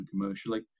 commercially